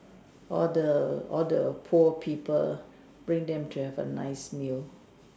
or the or the poor people bring them to have a nice meal